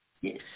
Yes